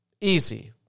Easy